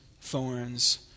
thorns